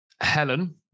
Helen